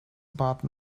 about